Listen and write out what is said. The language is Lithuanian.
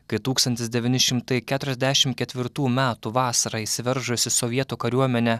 kai tūkstantis devyni šimtai keturiasdešim ketvirtų metų vasarą įsiveržusi sovietų kariuomenė